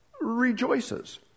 rejoices